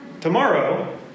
tomorrow